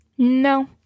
No